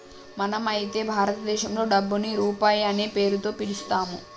మనం అయితే భారతదేశంలో డబ్బుని రూపాయి అనే పేరుతో పిలుత్తాము